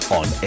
on